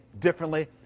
differently